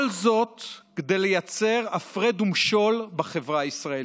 כל זאת כדי לייצר הפרד ומשול בחברה הישראלית,